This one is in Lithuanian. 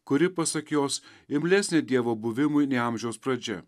kuri pasak jos imlesnė dievo buvimui nei amžiaus pradžia